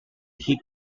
she